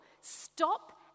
Stop